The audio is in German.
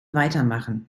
weitermachen